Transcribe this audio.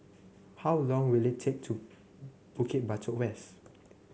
how long will it take to Bukit Batok West